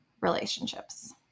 relationships